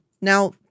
Now